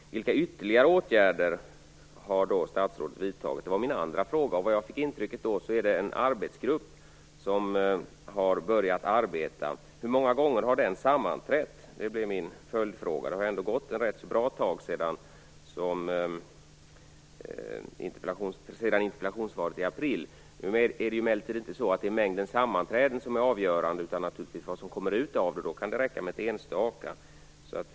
Vilka ytterligare åtgärder har då statsrådet vidtagit? Det var min andra fråga. Jag fick intryck av att en arbetsgrupp har börjat arbeta med detta. Hur många gånger har den sammanträtt? Det blir min följdfråga. Det har ändå gått ett bra tag sedan interpellationssvaret i april. Nu är emellertid inte mängden sammanträden avgörande utan naturligtvis vad som kommer ut av dem, och då kan det räcka med ett enstaka sammanträde.